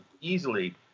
easily